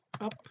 up